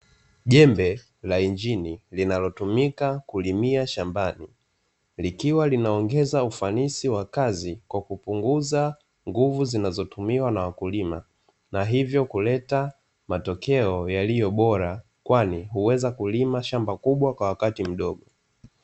Jembe la injini linalotumika kulimia shambani, likiwa linaongeza ufanisi wa kazi kwa kupunguza nguvu zinazotumiwa na wakulima, na hivyo kuleta matokeo yaliyo bora kwani huweza kulima shamba kubwa kwa wakati mdogo.